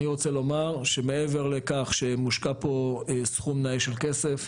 רוצה לומר שמעבר לכך שמושקע פה סכום נאה של כסף,